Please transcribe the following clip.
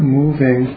moving